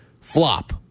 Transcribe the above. flop